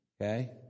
Okay